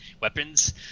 weapons